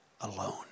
alone